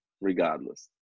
regardless